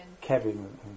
Kevin